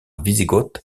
wisigoth